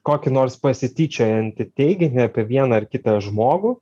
kokį nors pasityčiojantį teiginį apie vieną ar kitą žmogų